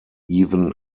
even